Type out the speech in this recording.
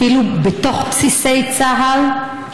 אפילו בתוך בסיסי צה"ל?